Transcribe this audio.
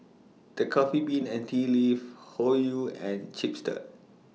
The Coffee Bean and Tea Leaf Hoyu and Chipster